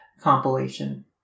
compilation